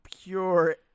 pure